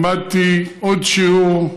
למדתי עוד שיעור,